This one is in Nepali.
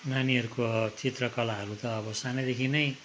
नानीहरूको चित्रकलाहरू त अब सानैदेखि नै